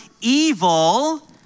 evil